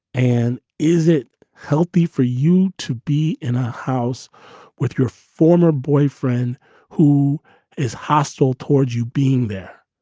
and is it healthy for you to be in a house with your former boyfriend who is hostile towards you being there?